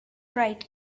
right